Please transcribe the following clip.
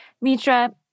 Mitra